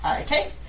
Okay